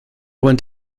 went